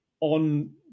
on